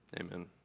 Amen